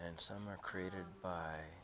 and some are created by